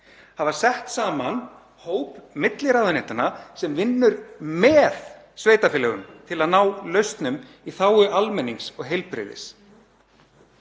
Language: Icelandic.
hafa sett saman hóp milli ráðuneytanna sem vinnur með sveitarfélögum til að ná lausnum í þágu almennings og heilbrigðis.